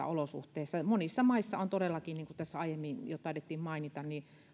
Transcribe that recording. olosuhteissa monissa maissa on todellakin niin kuin tässä aiemmin jo taidettiin mainita